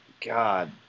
God